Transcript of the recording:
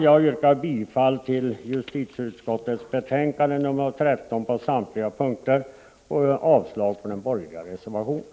Jag yrkar bifall till justitieutskottets hemställan på samtliga punkter och avslag på de borgerliga reservationerna.